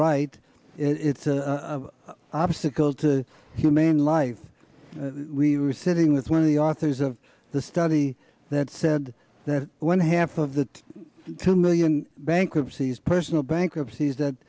right it's a obstacle to humane life we were sitting with one of the authors of the study that said that when half of the two million bank sees personal bankruptcies that